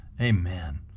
Amen